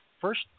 first